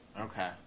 Okay